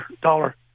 dollar